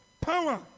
power